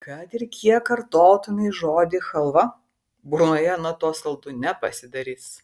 kad ir kiek kartotumei žodį chalva burnoje nuo to saldu nepasidarys